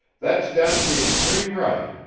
that's down at the extreme right.